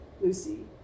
Lucy